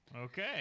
Okay